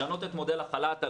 לשנות את מודל החל"ת.